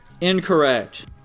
Incorrect